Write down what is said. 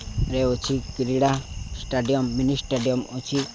ରେ ଅଛି କ୍ରୀଡ଼ା ଷ୍ଟାଡ଼ିୟମ୍ ମିନି ଷ୍ଟାଡ଼ିୟମ୍ ଅଛି